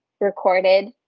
recorded